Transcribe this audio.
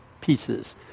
pieces